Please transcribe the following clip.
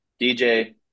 DJ